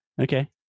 Okay